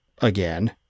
Again